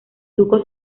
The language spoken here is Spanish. zuko